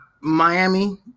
Miami